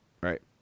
right